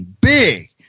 big